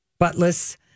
buttless